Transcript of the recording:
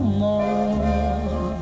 more